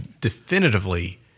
definitively